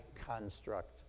construct